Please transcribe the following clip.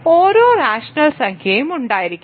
ഓരോ റാഷണൽ സംഖ്യയും ഉണ്ടായിരിക്കും